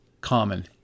Common